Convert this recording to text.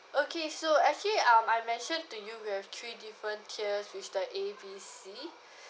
okay so actually um I mentioned to you we have three different tiers which is the A B C